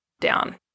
down